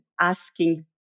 asking